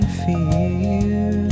fear